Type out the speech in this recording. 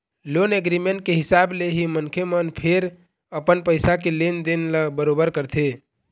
loan agreement के हिसाब ले ही मनखे मन फेर अपन पइसा के लेन देन ल बरोबर करथे